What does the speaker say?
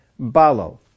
balo